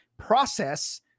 process